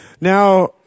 Now